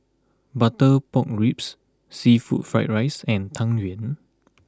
Butter Pork Ribs Seafood Fried Rice and Tang Yuen